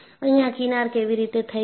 અહીંયા કિનાર કેવી રીતે થાય છે